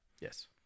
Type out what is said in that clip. Yes